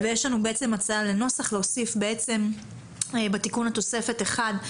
יש לנו בעצם הצעה לנוסח: להוסיף בעצם בתיקון לתוספת 1,